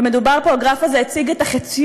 ומדובר פה, הגרף הזה הציג את החציון,